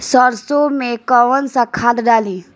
सरसो में कवन सा खाद डाली?